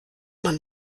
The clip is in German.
man